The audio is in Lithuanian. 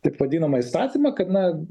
taip vadinamą įstatymą kad na